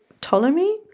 ptolemy